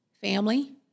family